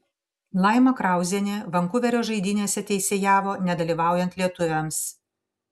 laima krauzienė vankuverio žaidynėse teisėjavo nedalyvaujant lietuviams